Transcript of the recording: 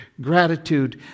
gratitude